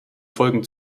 folgen